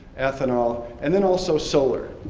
ethanol, and then also solar.